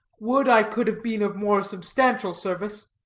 would i could have been of more substantial service.